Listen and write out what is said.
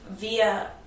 via